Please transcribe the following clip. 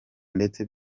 ndetse